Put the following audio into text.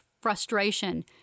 frustration